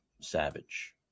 savage